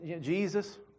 Jesus